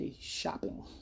shopping